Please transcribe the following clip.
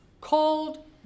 called